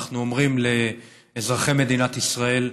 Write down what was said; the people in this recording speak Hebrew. אנחנו אומרים לאזרחי מדינת ישראל: